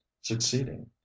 succeeding